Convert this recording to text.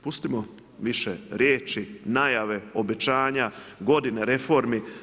Pustimo više riječi, najave, obećanja, godine reformi.